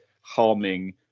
harming